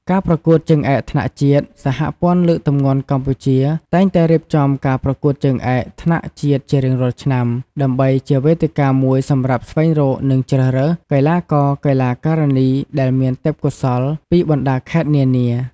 ការប្រកួតជើងឯកថ្នាក់ជាតិ សហព័ន្ធលើកទម្ងន់កម្ពុជា តែងតែរៀបចំការប្រកួតជើងឯកថ្នាក់ជាតិជារៀងរាល់ឆ្នាំ ដើម្បីជាវេទិកាមួយសម្រាប់ស្វែងរក និងជ្រើសរើស កីឡាករ-កីឡាការិនីដែលមានទេពកោសល្យ ពីបណ្ដាខេត្តនានា។